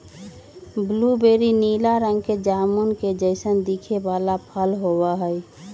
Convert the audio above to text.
blueberry नीला रंग के जामुन के जैसन दिखे वाला फल होबा हई